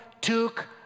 took